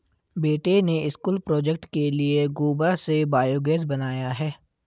बेटे ने school project के लिए गोबर से बायोगैस बनाया है